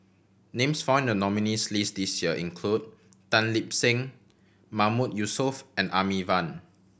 names found in the nominees' list this year include Tan Lip Seng Mahmood Yusof and Amy Van